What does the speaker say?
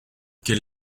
quel